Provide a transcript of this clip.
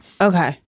Okay